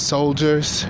Soldiers